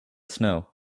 snow